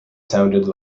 sounded